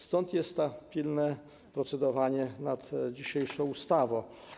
Stąd to pilne procedowanie nad dzisiejszą ustawą.